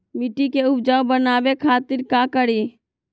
मिट्टी के उपजाऊ बनावे खातिर का करी?